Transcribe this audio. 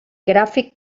gràfic